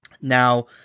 Now